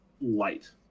light